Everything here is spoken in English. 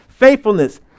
faithfulness